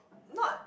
not